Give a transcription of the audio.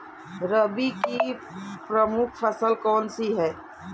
रबी की प्रमुख फसल कौन सी है?